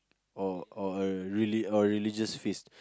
or or a reli~ a religious feast